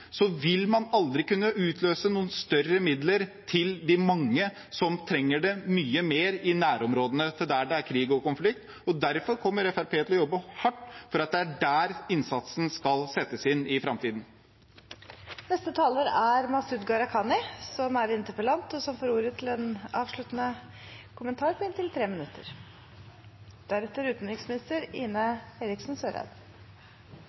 vil man aldri kunne utløse noen større midler til de mange som trenger det mye mer i nærområdene til der det er krig og konflikt. Derfor kommer Fremskrittspartiet til å jobbe hardt for at det er der innsatsen skal settes inn i framtiden. Jeg vil takke for en viktig debatt. En av årsakene til at vi fremmet denne interpellasjonen, er